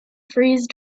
freeze